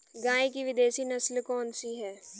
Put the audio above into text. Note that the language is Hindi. गाय की विदेशी नस्ल कौन सी है?